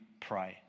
pray